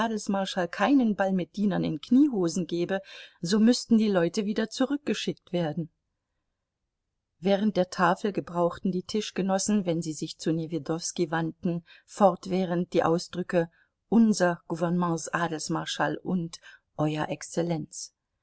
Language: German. keinen ball mit dienern in kniehosen gebe so müßten die leute wieder zurückgeschickt werden während der tafel gebrauchten die tischgenossen wenn sie sich zu newjedowski wandten fortwährend die ausdrücke unser gouvernements adelsmarschall und euer exzellenz